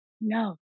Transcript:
no